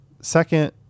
Second